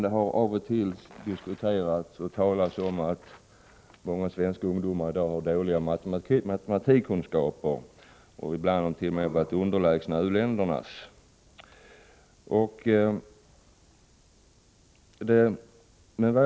Det har av och till talats om att många svenska ungdomar i dag har dåliga matematikkunskaper — och ibland har det t.o.m. sagts att de skulle vara underlägsna de kunskaper som ungdomar i u-länderna har.